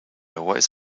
always